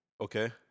Okay